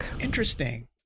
Interesting